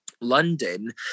London